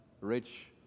rich